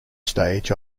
stage